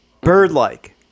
Bird-like